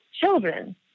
children